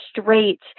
straight